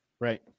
Right